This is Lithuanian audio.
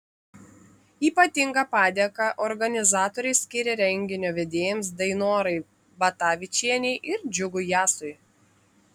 ypatingą padėką organizatoriai skiria renginio vedėjams dainorai batavičienei ir džiugui jasui